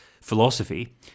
philosophy